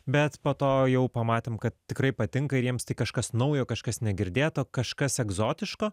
bet po to jau pamatėm kad tikrai patinka ir jiems tai kažkas naujo kažkas negirdėto kažkas egzotiško